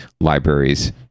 libraries